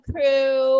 Crew